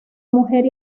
mujer